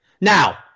Now